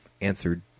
answered